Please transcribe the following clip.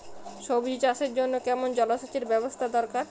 সবজি চাষের জন্য কেমন জলসেচের ব্যাবস্থা দরকার?